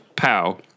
Pow